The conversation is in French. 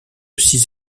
six